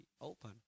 open